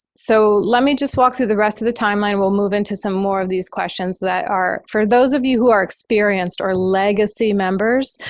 so let me just walk through the rest of the timeline. we'll move into some more of these questions that are for those of you who are experienced or legacy members,